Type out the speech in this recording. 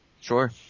Sure